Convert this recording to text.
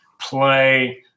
play